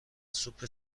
سوپ